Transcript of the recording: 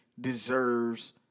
deserves